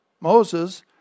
Moses